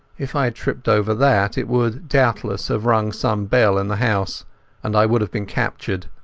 if i had tripped over that, it would doubtless have rung some bell in the house and i would have been captured.